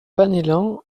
penellan